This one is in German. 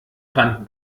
rand